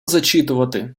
зачитувати